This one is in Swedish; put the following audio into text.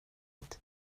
ett